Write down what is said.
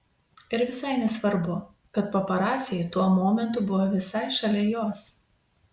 ir visai nesvarbu kad paparaciai tuo momentu buvo visai šalia jos